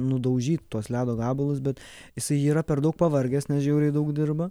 nudaužyt tuos ledo gabalus bet jisai yra per daug pavargęs nes žiauriai daug dirba